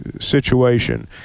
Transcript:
situation